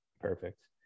Perfect